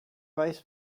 vice